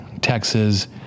Texas